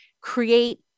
create